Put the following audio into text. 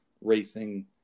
racing